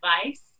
advice